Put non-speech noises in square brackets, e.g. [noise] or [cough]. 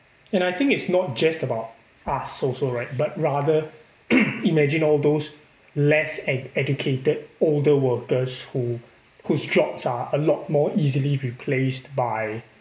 and I think it's not just about us also right but rather [noise] imagine all those less ed~ educated older workers who whose jobs are a lot more easily replaced by